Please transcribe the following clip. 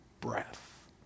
breath